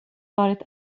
varit